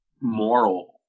moral